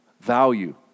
Value